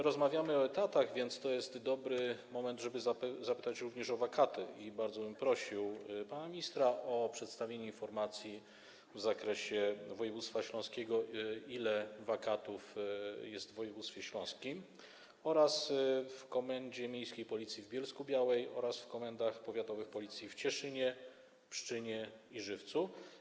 Rozmawiamy o etatach, więc to jest dobry moment, żeby zapytać również o wakaty, dlatego bardzo bym prosił pana ministra o przedstawienie informacji w zakresie województwa śląskiego: ile wakatów jest w województwie śląskim, w Komendzie Miejskiej Policji w Bielsku-Białej oraz w komendach powiatowych Policji w Cieszynie, Pszczynie i Żywcu.